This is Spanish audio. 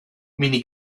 mini